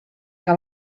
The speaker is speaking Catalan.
que